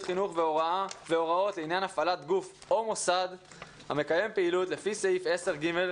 חינוך והוראות לעניין הפעלת גוף או מוסד המקיים פעילות לפי סעיף 10(ג)